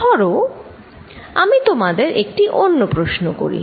ধরো আমি তোমাদের একটি অন্য প্রশ্ন করি